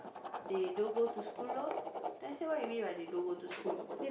they don't go to school loh then I say what you mean by they don't go to school